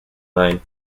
line